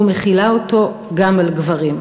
ומחילה אותו גם על גברים.